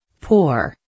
Poor